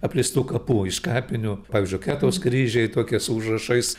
apleistų kapų iš kapinių pavyzdžiui ketaus kryžiai tokias užrašais